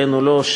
כן או לא,